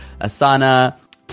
asana